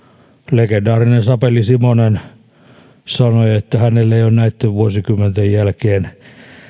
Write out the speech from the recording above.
legendaarinen sapeli simonen sanoi että hänelle ei ole näitten vuosikymmenten jälkeen